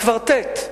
הקוורטט,